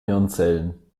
hirnzellen